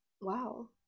wow